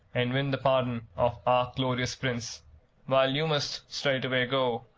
and win the pardon of our glorious prince while you must straightway go,